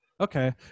okay